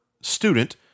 student